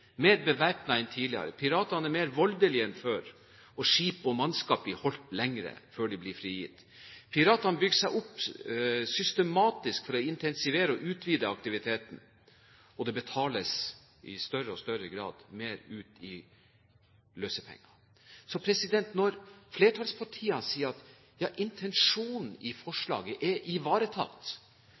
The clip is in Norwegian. mer bevæpnet enn tidligere. Piratene er mer voldelige enn før, og skip og mannskap blir holdt lenger før de blir frigitt. Piratene bygger seg opp systematisk for å intensivere og utvide aktiviteten, og det betales i større og større grad mer ut i løsepenger. Når flertallspartiene sier at intensjonen i forslaget er ivaretatt,